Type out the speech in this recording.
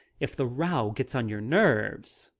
if the row gets on your nerves,